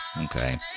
Okay